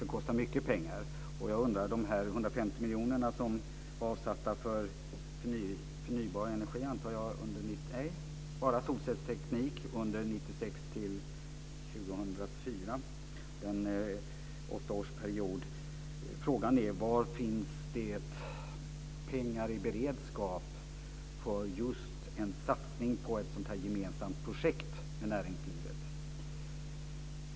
Det kostar mycket pengar. 150 miljoner är avsatta för solcellsteknik under åren 1996 till 2004. Det är en åttaårsperiod. Frågan är: Var finns det pengar i beredskap för just en satsning på ett sådant här gemensamt projekt med näringslivet?